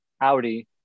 audi